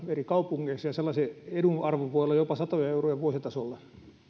eri kaupungeissa ja sellaisen edun arvo voi olla jopa satoja euroja vuositasolla